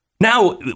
Now